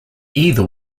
either